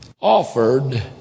offered